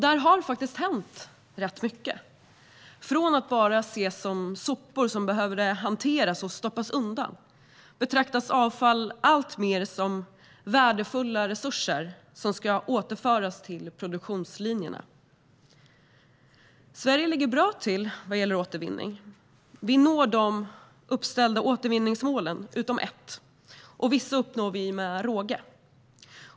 Där har det faktiskt hänt rätt mycket. Från att bara ses som sopor som behöver hanteras och stoppas undan betraktas avfall alltmer som värdefulla resurser som ska återföras till produktionslinjerna. Sverige ligger bra till vad gäller återvinning. Vi når de uppställda återvinningsmålen, förutom ett, och vissa når vi med råge.